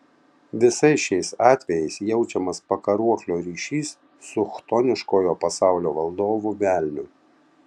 visais šiais atvejais jaučiamas pakaruoklio ryšys su chtoniškojo pasaulio valdovu velniu